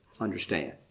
understand